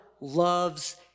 loves